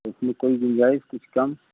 इसमें कोई गुंजाइश कुछ कम